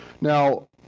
Now